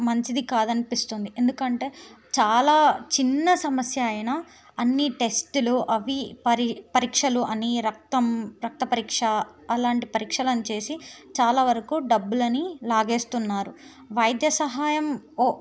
మంచిది కాదు అనిపిస్తుంది ఎందుకంటే చాలా చిన్న సమస్య అయినా అన్ని టెస్టులు అవి పరి పరీక్షలు అని రక్తం రక్త పరీక్ష అలాంటి పరీక్షలను చేసి చాలా వరకు డబ్బులని లాగేస్తున్నారు వైద్య సహాయం ఓ